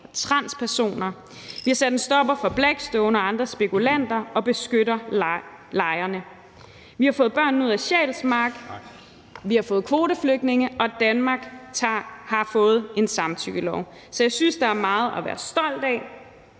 transpersoner; vi har sat en stopper for Blackstone og andre spekulanter og beskytter lejerne; vi har fået børnene ud af Sjælsmark; vi har fået kvoteflygtninge; og Danmark har fået en samtykkelov. Så jeg synes, der er meget at være stolt af,